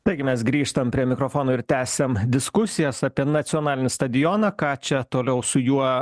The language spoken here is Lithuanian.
taigi mes grįžtam prie mikrofono ir tęsiam diskusijas apie nacionalinį stadioną ką čia toliau su juo